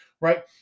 right